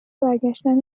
برگشتن